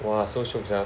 !wah! so shiok sia